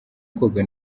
koga